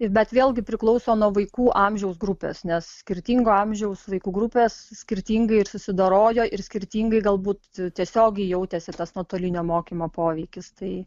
bet vėlgi priklauso nuo vaikų amžiaus grupes nes skirtingo amžiaus vaikų grupės skirtingai ir susidorojo ir skirtingai galbūt tiesiogiai jautėsi ir tas nuotolinio mokymo poveikis tai